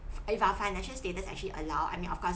if our financial status actually allow I mean of course